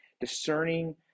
discerning